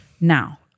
now